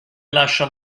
lascia